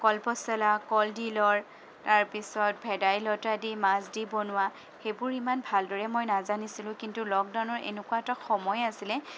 কলপচলা কলদিলৰ তাৰপাছত ভেদাই লতা দি মাছ দি বনোৱা সেইবোৰ ইমান ভালদৰে মই নাজানিছিলোঁ কিন্তু লকডাউনৰ এনেকুৱা এটা সময় আছিলে